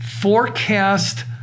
forecast